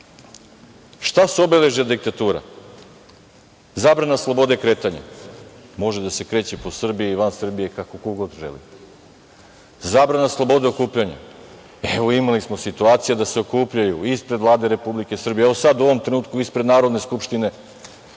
Šta su obeležja diktature? Zabrana slobode kretanja. Može da se kreće po Srbiji i van Srbije kako ko god želi. Zabrana slobode okupljanja. Evo, imali smo situacije da se okupljaju ispred Vlade Republike Srbije, evo sada u ovom trenutku ispred Narodne skupštine,